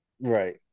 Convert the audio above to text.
Right